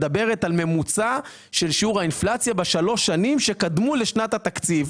מדברת על ממוצע של שיעור האינפלציה בשלוש שנים שקדמו לשנת התקציב.